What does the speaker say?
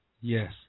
Yes